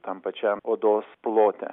tam pačiam odos plote